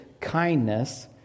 kindness